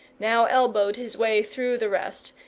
now elbowed his way through the rest,